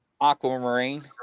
Aquamarine